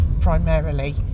primarily